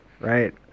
right